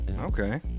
Okay